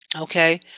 Okay